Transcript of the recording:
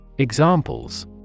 Examples